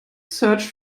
search